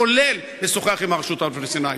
כולל לשוחח עם הרשות הפלסטינית.